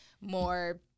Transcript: more